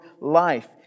life